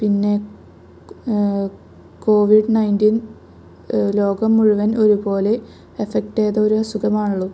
പിന്നെ കു COVID nineteen ലോകം മുഴുവന് ഒരുപോലെ എഫക്ട് ചെയ്ത ഒരു അസുഖമാണല്ലോ